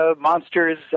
monsters